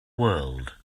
world